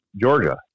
Georgia